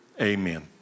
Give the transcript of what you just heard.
Amen